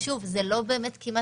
שוב, זה כמעט